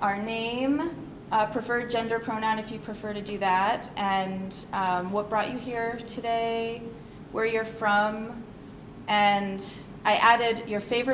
our name i prefer gender pronoun if you prefer to do that and what brought you here today where you're from and i added your favorite